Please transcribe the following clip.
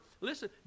Listen